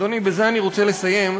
ולכן, אדוני, ובזה אני רוצה לסיים,